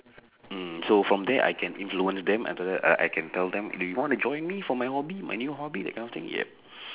mm so from there I can influence them after that I I can tell them do you want to join me for my hobby my new hobby that kind of thing yup